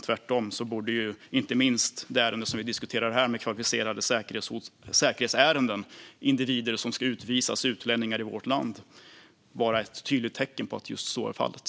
Tvärtom borde inte minst det ärende som vi diskuterar här, om kvalificerade säkerhetsärenden, individer som ska utvisas och utlänningar i vårt land, vara ett tydligt tecken på att just så är fallet.